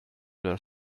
das